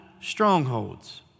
strongholds